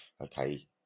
okay